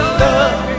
love